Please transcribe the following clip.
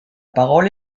parole